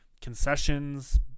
concessions